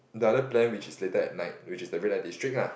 the other plan which is later at night which is the red light district lah